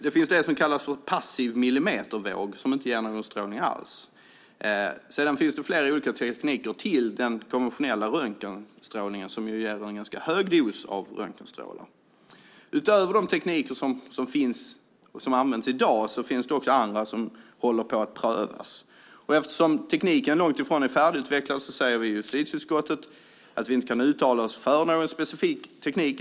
Det finns det som kallas passiv millimetervåg som inte ger någon strålning alls. Sedan finns det flera olika tekniker till den konventionella röntgenstrålningen, som ger en ganska hög dos av strålar. Utöver de tekniker som används i dag finns det andra som håller på att prövas. Eftersom tekniken långt ifrån är färdigutvecklad säger vi i justitieutskottet att vi inte kan uttala oss för någon specifik teknik.